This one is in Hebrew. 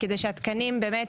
כדי שהתקנים באמת